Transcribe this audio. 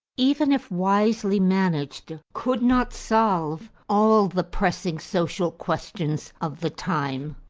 even if wisely managed, could not solve all the pressing social questions of the time.